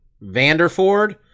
Vanderford